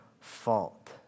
fault